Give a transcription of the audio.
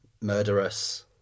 murderous